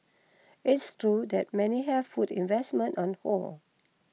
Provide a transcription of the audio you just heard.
it's true that many have put investment on hold